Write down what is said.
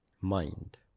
mind